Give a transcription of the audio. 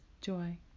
joy